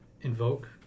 invoke